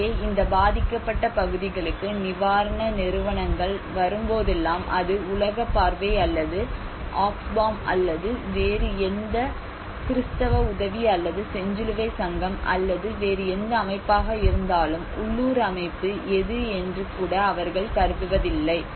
எனவே இந்த பாதிக்கப்பட்ட பகுதிகளுக்கு நிவாரண நிறுவனங்கள் வரும் போதெல்லாம் அது உலகப் பார்வை அல்லது ஆக்ஸ்பாம் அல்லது வேறு எந்த கிறிஸ்தவ உதவி அல்லது செஞ்சிலுவை சங்கம் அல்லது வேறு எந்த அமைப்பாக இருந்தாலும் உள்ளூர் அமைப்பு எது என்று கூட அவர்கள் கருதுவதில்லை